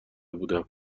بودم